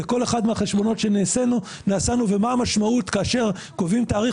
לכל אחד מהחשבונות שעשינו ומה המשמעות כאשר קובעים תאריך